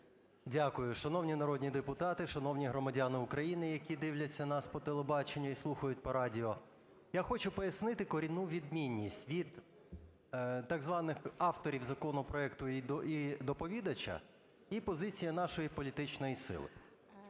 Дякую. Шановні народні депутати, шановні громадяни України, які дивляться нас по телебаченню і слухають по радіо! Я хочу пояснити корінну відмінність від так званих авторів законопроекту і доповідача і позиції нашої політичної сили.